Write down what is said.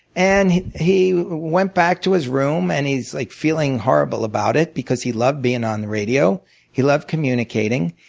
and he went back to his room and he's like feeling horrible about it because he loved being on the radio he loved communicating.